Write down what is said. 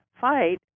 fight